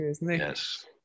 Yes